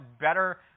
better